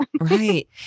right